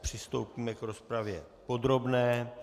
Přistoupíme k rozpravě podrobné.